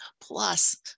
plus